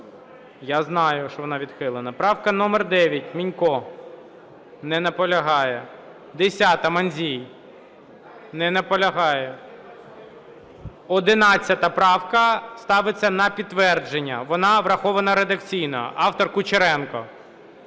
Я знаю, що вона відхилена. Правка номер 9, Мінько. Не наполягає. 10-а, Мандзій. Не наполягає. 11 правка ставиться на підтвердження. Вона врахована редакційно, автор – Кучеренко.